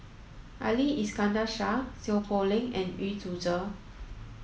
Ali Iskandar Shah Seow Poh Leng and Yu Zhuye